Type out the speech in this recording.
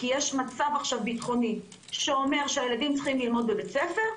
כי יש מצב ביטחוני שאומר שהילדים צריכים ללמוד בבית ספר,